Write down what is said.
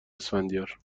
اسفندیار